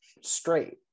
straight